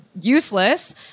useless